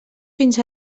fins